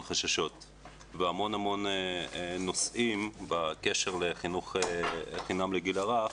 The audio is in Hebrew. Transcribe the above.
חששות והמון נושאים בקשר לחינוך חינם לגיל הרך,